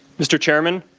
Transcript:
mr. chairman,